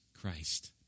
Christ